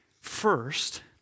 First